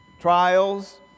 trials